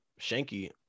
Shanky